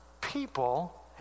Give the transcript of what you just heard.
people